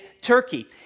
Turkey